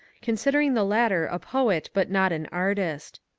considering the latter a poet but not an artist.